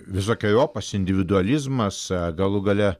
visokeriopas individualizmas galų gale